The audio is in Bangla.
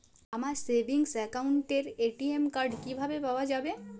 আমার সেভিংস অ্যাকাউন্টের এ.টি.এম কার্ড কিভাবে পাওয়া যাবে?